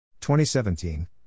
2017